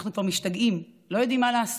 אנחנו כבר משתגעים, לא יודעים מה לעשות.